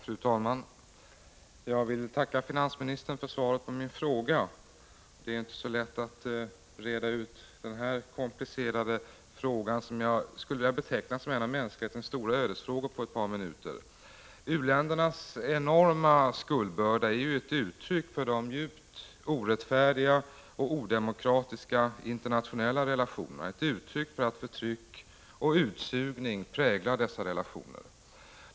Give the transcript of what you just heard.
Fru talman! Jag vill tacka finansministern för svaret på min fråga. Det är inte så lätt att på ett par minuter reda ut den här komplicerade frågan, som jag skulle vilja beteckna som en av mänsklighetens stora ödesfrågor. U-ländernas enorma skuldbörda är ju ett uttryck för de djupt orättfärdiga och odemokratiska internationella relationerna, ett uttryck för att förtryck och utsugning präglar dessa relationer.